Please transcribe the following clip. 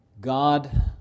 God